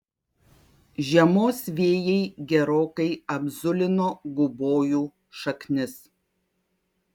žiemos vėjai gerokai apzulino gubojų šaknis